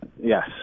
Yes